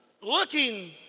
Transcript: looking